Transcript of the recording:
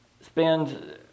spend